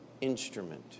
instrument